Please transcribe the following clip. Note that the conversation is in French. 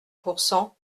pourcent